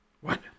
What